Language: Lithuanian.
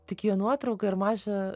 tik jo nuotrauką ir mažą